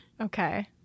Okay